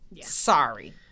Sorry